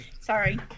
Sorry